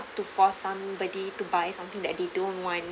to force somebody to buy something that they don't want